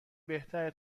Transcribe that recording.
بهتره